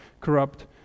corrupt